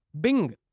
Bing